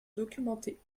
documenté